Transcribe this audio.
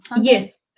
Yes